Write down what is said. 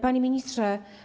Panie Ministrze!